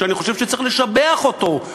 שאני חושב שצריך לשבח אותו,